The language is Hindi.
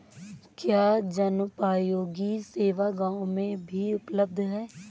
क्या जनोपयोगी सेवा गाँव में भी उपलब्ध है?